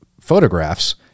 photographs